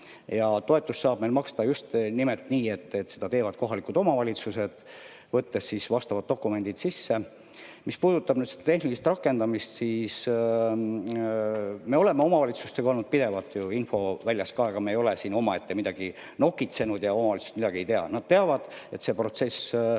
Ja toetust saab maksta just nimelt nii, et seda teevad kohalikud omavalitsused, võttes vastavad dokumendid sisse. Mis puudutab tehnilist rakendamist, siis me oleme omavalitsustega olnud pidevalt infoväljas, me ei ole siin omaette midagi nokitsenud, nii et omavalitsused midagi ei tea. Nad teavad, et see protsess